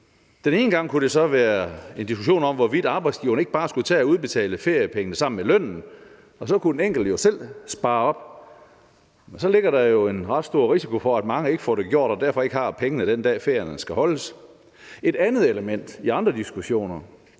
den ene gang kunne det være en diskussion om, hvorvidt arbejdsgiverne ikke bare skulle tage at udbetale feriepengene sammen med lønnen, og så kunne den enkelte jo selv spare op. Men så er der jo en ret stor risiko for, at man ikke får det gjort og derfor ikke har pengene den dag, ferien skal holdes. Et andet element kunne i andre diskussioner